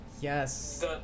yes